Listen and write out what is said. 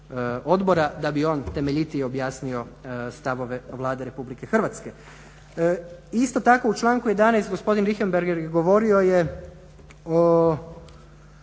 odbora da bi on temeljitije objasnio stavove Vlade Republike Hrvatske. Isto tako u članku 11. gospodin Richembergh je govorio je o